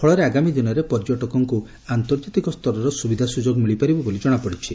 ଫଳରେ ଆଗାମୀ ଦିନରେ ପର୍ଯ୍ୟଟକଙ୍ଙୁ ଆର୍ନ୍ତଜାତିକ ସ୍ତରର ସୁବିଧା ସୁଯୋଗ ମିଳିପାରିବ ବୋଲି ଜଶାପଡିଛି